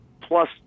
plus